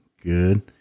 Good